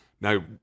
Now